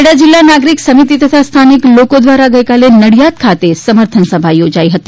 ખેડા જિલ્લા નાગરિક સમિતિ તથા સ્થાનિક લોકો દ્વારા ગઈકાલે નડિયાદ ખાતે સમર્થન સભા યોજાઇ હતી